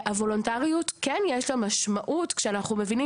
והוולונטריות כן יש לה משמעות כשאנחנו מבינים